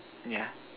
yeah